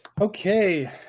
Okay